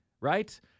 right